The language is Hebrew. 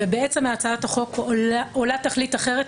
ומהצעת החוק עולה תכלית אחרת,